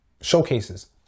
Showcases